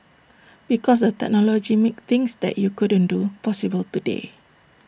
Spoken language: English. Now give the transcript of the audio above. because the technology makes things that you couldn't do possible today